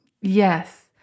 Yes